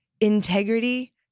Integrity